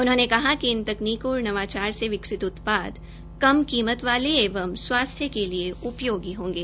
उन्होंने कहा कि इन तकनीकों और नवाचार से विकसित उत्पाद कम कीमत वाले एवं स्वास्थ्य के लिए उपयोगी होंगे